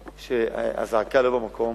שהזעקה לא במקום